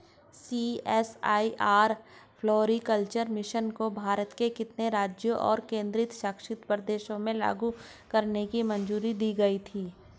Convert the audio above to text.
CSIR floriculture mission को भारत के कितने राज्यों और केंद्र शासित प्रदेशों में लागू करने की मंजूरी दी गई थी?